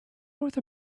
north